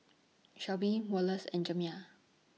Shelbi Wallace and Jamya